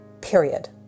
period